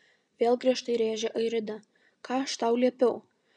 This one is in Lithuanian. vėl griežtai rėžė airida ką aš tau liepiau